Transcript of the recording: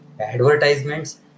advertisements